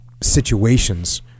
situations